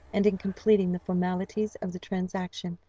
and in completing the formalities of the transaction,